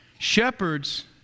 Shepherds